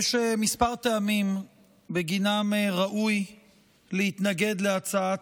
יש כמה טעמים שבגינם ראוי להתנגד להצעת